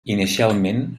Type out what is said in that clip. inicialment